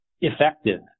effective